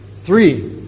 three